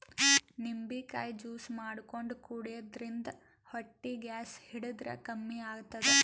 ನಿಂಬಿಕಾಯಿ ಜ್ಯೂಸ್ ಮಾಡ್ಕೊಂಡ್ ಕುಡ್ಯದ್ರಿನ್ದ ಹೊಟ್ಟಿ ಗ್ಯಾಸ್ ಹಿಡದ್ರ್ ಕಮ್ಮಿ ಆತದ್